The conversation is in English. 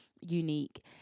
unique